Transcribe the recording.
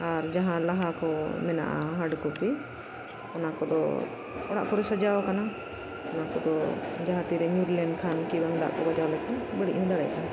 ᱟᱨ ᱡᱟᱦᱟᱸ ᱞᱟᱦᱟ ᱠᱚ ᱢᱮᱱᱟᱜᱼᱟ ᱦᱟᱨᱰ ᱠᱚᱯᱤ ᱚᱱᱟ ᱠᱚᱫᱚ ᱚᱲᱟᱜ ᱠᱚᱨᱮ ᱥᱟᱡᱟᱣ ᱟᱠᱟᱱᱟ ᱚᱱᱟ ᱠᱚᱫᱚ ᱡᱟᱦᱟᱸ ᱛᱤᱨᱮ ᱧᱩᱨ ᱞᱮᱱᱠᱷᱟᱱ ᱠᱤ ᱵᱟᱝ ᱫᱟᱜ ᱠᱚ ᱵᱟᱡᱟᱣ ᱞᱮᱠᱷᱟᱱ ᱵᱟᱹᱲᱤᱡ ᱦᱚᱸ ᱫᱟᱲᱮᱭᱟᱜᱼᱟ